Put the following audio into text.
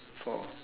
for